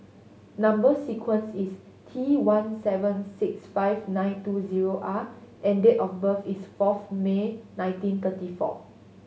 number sequence is T one seven six five nine two zero R and date of birth is fourth May nineteen thirty four